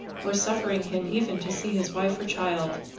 or suffering him even to see his wife or child,